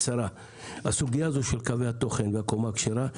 להעלות את הסוגיה של קווי התוכן והקומה הכשרה.